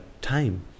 time